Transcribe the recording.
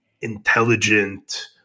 intelligent